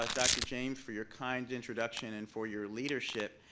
but dr. james, for your kind introduction and for your leadership,